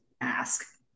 ask